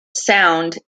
sound